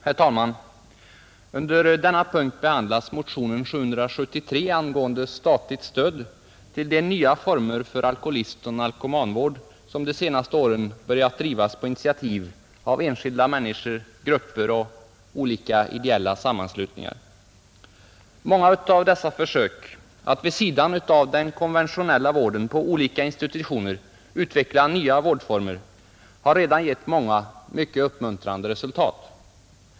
Herr talman! Under denna punkt behandlas motionen 773 angående statligt stöd till de nya former för alkoholistoch narkomanvård som de senaste åren börjat drivas på initiativ av enskilda människor, grupper och olika ideella sammanslutningar. Många av dessa försök — att vid sidan av den konventionella vården på olika institutioner utveckla nya vårdformer — har redan gett mycket uppmuntrande resultat.